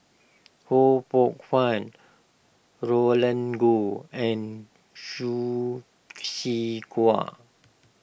Ho Poh Fun Roland Goh and Hsu Tse Kwang